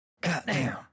Goddamn